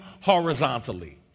horizontally